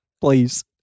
please